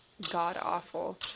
god-awful